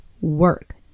work